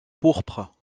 pourpre